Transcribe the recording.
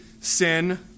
sin